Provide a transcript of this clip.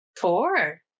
four